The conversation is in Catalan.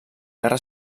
guerra